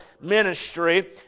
ministry